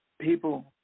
people